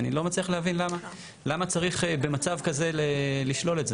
אני לא מצליח למה, למה צריך במצב כזה לשלול את זה.